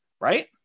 right